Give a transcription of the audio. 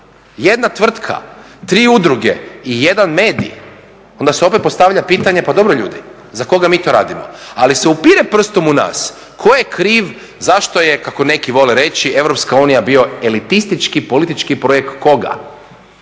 jedna tvrtka, tri udruge i jedan medij onda se opet postavlja pitanje pa dobro ljudi za koga mi to radimo? Ali se upire prstom u nas, tko je kriv zašto je kako neki vole reći, EU bio elitistički politički projekt koga?